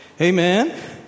Amen